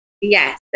yes